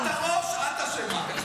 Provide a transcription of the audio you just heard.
את הראש, את אשמה.